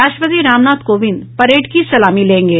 राष्ट्रपति रामनाथ कोविंद परेड की सलामी लेंगे